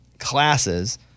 classes